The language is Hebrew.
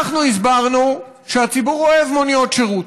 אנחנו הסברנו שהציבור אוהב מוניות שירות.